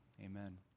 Amen